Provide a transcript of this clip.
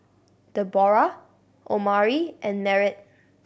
Deborrah Omari and Merritt